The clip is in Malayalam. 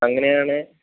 അങ്ങനെയാണേൽ